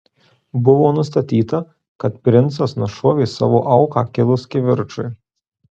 buvo nustatyta kad princas nušovė savo auką kilus kivirčui